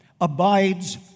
abides